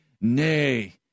Nay